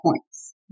points